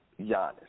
Giannis